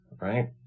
right